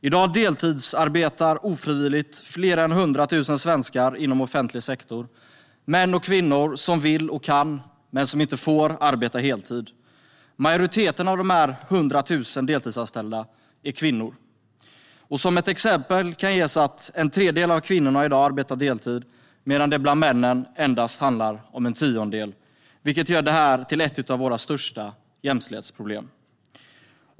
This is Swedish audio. I dag deltidsarbetar ofrivilligt fler än hundra tusen svenskar inom offentlig sektor: män och kvinnor som vill och kan men inte får arbeta heltid. Majoriteten av dessa hundra tusen deltidsanställda är kvinnor. Som exempel kan nämnas att en tredjedel av kvinnorna i dag arbetar deltid medan det bland männen endast handlar om en tiondel, vilket gör detta till ett av våra största jämställdhetsproblem.